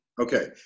Okay